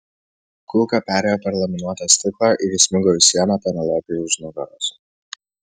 kulka perėjo per laminuotą stiklą ir įsmigo į sieną penelopei už nugaros